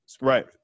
Right